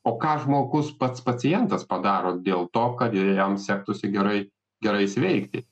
o ką žmogus pats pacientas padaro dėl to kad jam sektųsi gerai gerai sveikti